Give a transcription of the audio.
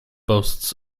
boasts